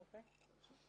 אוקיי.